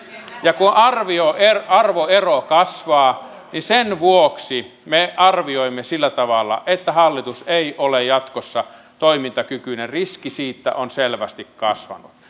ja kun arvoero kasvaa niin sen vuoksi me arvioimme sillä tavalla että hallitus ei ole jatkossa toimintakykyinen riski siitä on selvästi kasvanut